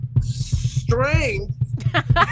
Strength